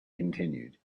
continued